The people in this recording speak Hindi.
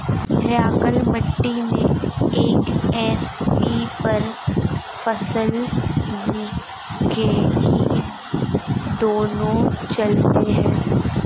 भैया कल मंडी में एम.एस.पी पर फसल बिकेगी दोनों चलते हैं